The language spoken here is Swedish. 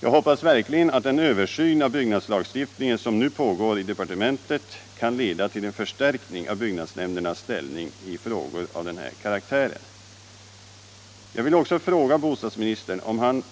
Jag hoppas verkligen att den översyn av byggnadslagstiftningen som nu pågår i departementet kan leda till en förstärkning av byggnadsnämndernas ställning i frågor av den här karaktären. Jag vill också fråga bostadsministern om han